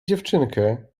dziewczynkę